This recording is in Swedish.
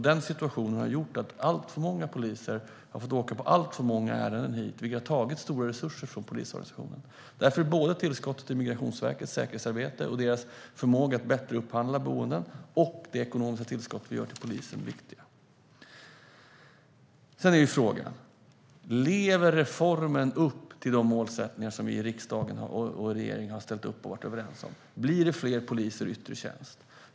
Den situationen har gjort att alltför många poliser har fått åka på alltför många ärenden dit, vilket har tagit stora resurser från polisorganisationen. Därför är både tillskottet till Migrationsverkets säkerhetsarbete och deras förmåga att bättre upphandla boenden och det ekonomiska tillskottet vi gör till polisen viktigt. Sedan är frågan: Lever reformen upp till de målsättningar som riksdag och regering har ställt upp och varit överens om? Blir det fler poliser i yttre tjänst?